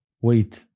wait